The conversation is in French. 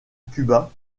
cuba